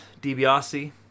DiBiase